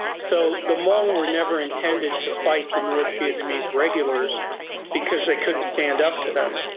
so the hmong were never intended to fight the north vietnamese regulars because they couldn't stand up to them,